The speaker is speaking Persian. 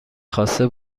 خواسته